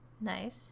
nice